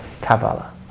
Kabbalah